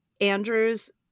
Andrew's